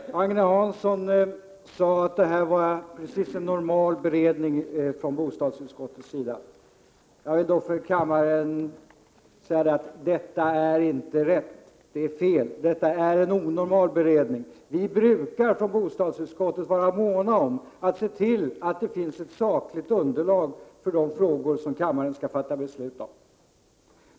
Herr talman! Agne Hansson sade att det här var en helt normal beredning från bostadsutskottets sida. Jag vill dock inför kammaren säga att detta inte är riktigt. Detta är en onormal beredning. I bostadsutskottet brukar vi vara måna om att se till att det finns ett sakligt underlag för de frågor som kammaren skall fatta beslut om.